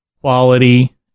quality